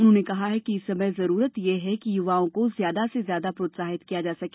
उन्होंने कहा कि इस समय जरूरत यह है कि युवाओं को ज्यादा से ज्यादा प्रोत्साहित किया जा सके